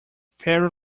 fairy